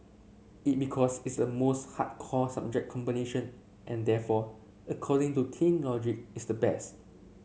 it because it's a most hardcore subject combination and therefore according to teen logic it's the best